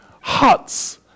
Huts